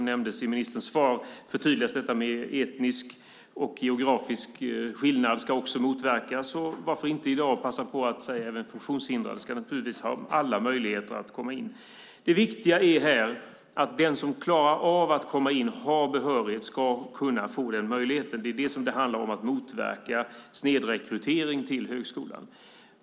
I svaret nämns och förtydligas att även etniska och geografiska skillnader ska motverkas, och varför inte nämna att även funktionshindrade naturligtvis ska ha alla möjligheter att komma in. Det viktiga är att den som klarar av att komma in och har behörighet ska kunna få den möjligheten. Det är det som det handlar om när det gäller att motverka snedrekrytering till högskolan.